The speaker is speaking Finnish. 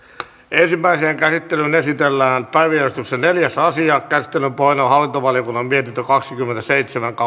ensimmäiseen käsittelyyn esitellään päiväjärjestyksen neljäs asia käsittelyn pohjana on hallintovaliokunnan mietintö kaksikymmentäseitsemän